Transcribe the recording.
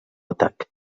atac